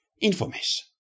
information